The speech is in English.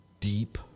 deep